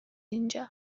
اینجا